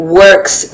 works